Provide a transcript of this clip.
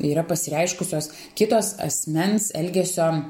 yra pasireiškusios kitos asmens elgesio